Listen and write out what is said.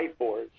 whiteboards